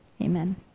Amen